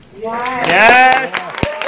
Yes